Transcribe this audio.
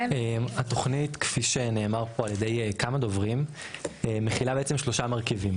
התוכנית כפי שנאמר פה על ידי כמה דוברים מכילה בעצם שלושה מרכיבים,